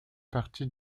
partie